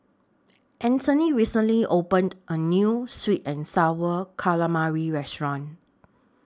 Antony recently opened A New Sweet and Sour Calamari Restaurant